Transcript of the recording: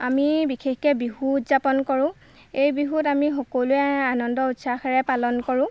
আমি বিশেষকৈ বিহু উদযাপন কৰোঁ এই বিহুত আমি সকলোৱে আনন্দ উৎসাহেৰে পালন কৰোঁ